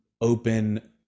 open